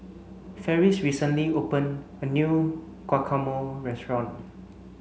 Ferris recently open a new Guacamole restaurant